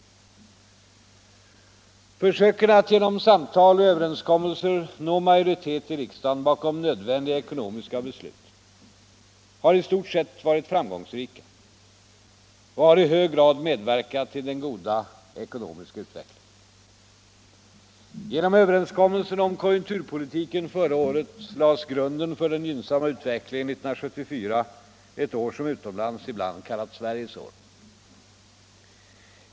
Försöken att genom samtal och överenskommelser nå majoritet i riksdagen bakom nödvändiga ekonomiska beslut har i stort sett varit framgångsrika och har i hög grad medverkat till den goda ekonomiska utvecklingen. Genom överenskommelsen om konjunkturpolitiken förra året lades grunden för den gynnsamma utvecklingen 1974 — ett år som utomlands ibland kallas Sveriges år.